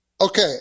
Okay